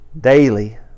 daily